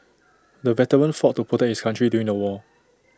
the veteran fought to protect his country during the war